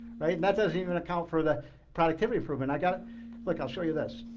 right? and that doesn't even account for the productivity improvement. i got it. look, i'll show you this.